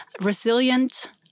resilient